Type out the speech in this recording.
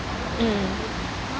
mm